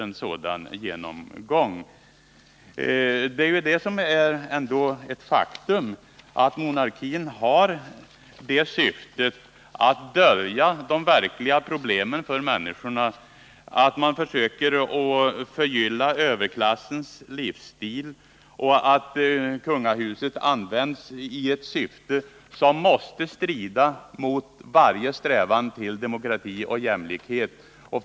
Ett faktum är ändå att monarkin har syftet att dölja de verkliga problemen för människorna. Man försöker förgylla överklassens livsstil. Kungahuset används i ett syfte, som måste strida mot varje strävan till demokrati och jämlikhet.